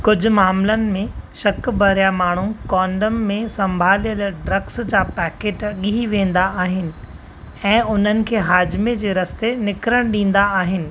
कुझु मामलनि में शक भरिया माण्हू कोंडम में संभालियल ड्रग्स जा पैकेट ॻीह वेंदा आहिनि ऐं उन्हनि खे हाजमे जे रस्ते निकिरणु ॾींदा आहिनि